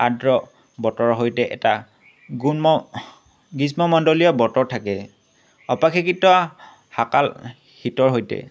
আদ্ৰ বতৰৰ সৈতে এটা গুণ্ম গ্ৰীষ্ম মণ্ডলীয় বতৰ থাকে অপশিকিত শাকাল শীতৰ সৈতে